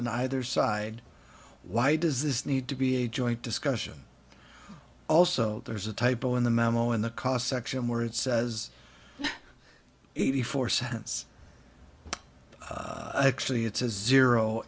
on either side why does this need to be a joint discussion also there's a typo in the memo in the cost section where it says eighty four cents actually it's a zero